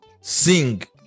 sing